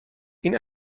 این